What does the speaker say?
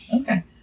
Okay